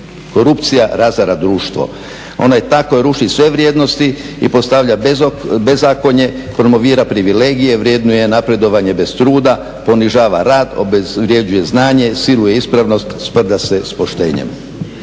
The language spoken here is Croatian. Korupcija razara društvo. Ona je ta koja ruši sve vrijednosti i postavlja bezakonje, promovira privilegije, vrednuje napredovanje bez truda, ponižava rad, obezvređuje znanje, siluje ispravnost, sprda se s poštenjem.